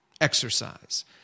exercise